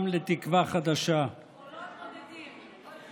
אני מקווה שאכן יהיה כך.